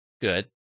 good